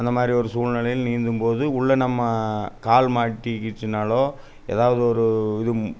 அந்த மாதிரி ஒரு சூழ்நிலையில் நீந்தும் போது உள்ள நம்ம கால் மாட்டிக்கிச்சுனாலோ எதாவது ஒரு இது